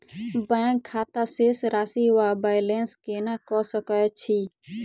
Bank खाता शेष राशि वा बैलेंस केना कऽ सकय छी?